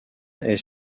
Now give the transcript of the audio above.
est